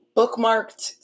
bookmarked